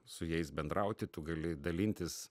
su jais bendrauti tu gali dalintis